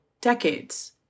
decades